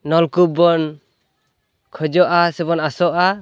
ᱱᱚᱞᱠᱩᱯ ᱵᱚᱱ ᱠᱷᱚᱡᱚᱼᱟ ᱥᱮ ᱵᱚᱱ ᱟᱥᱚᱼᱟ